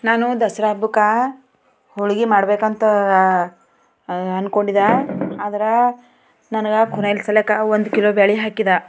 ನಾನು ದಸರ ಹಬ್ಬಕ್ಕೆ ಹೋಳ್ಗೆ ಮಾಡ್ಬೇಕಂತ ಅಂದ್ಕೊಂಡಿದ್ದೆ ಆದ್ರೆ ನನಗೆ ಕೊನೆ ಅಸಲಿಗೆ ಒಂದು ಕಿಲೋ ಬ್ಯಾಳಿ ಹಾಕಿದೆ